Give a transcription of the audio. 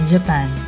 Japan